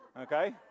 Okay